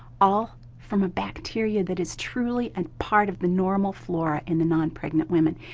all from a bacteria that is truly a part of the normal flora and the non pregnant women,